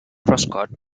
truscott